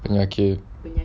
penyakit